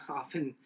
often